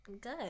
Good